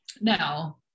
now